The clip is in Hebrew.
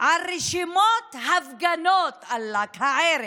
על רשימות הפגנות, עלק: הערב,